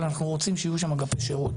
אבל אנחנו רוצים שיהיו שם גם שירות.